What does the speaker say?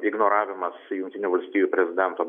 ignoravimas jungtinių valstijų prezidento